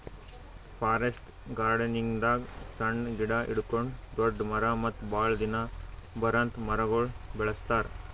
forest ಗಾರ್ಡನಿಂಗ್ದಾಗ್ ಸಣ್ಣ್ ಗಿಡ ಹಿಡ್ಕೊಂಡ್ ದೊಡ್ಡ್ ಮರ ಮತ್ತ್ ಭಾಳ್ ದಿನ ಬರಾಂತ್ ಮರಗೊಳ್ ಬೆಳಸ್ತಾರ್